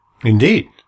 Indeed